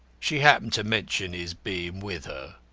she happened to mention his being with her.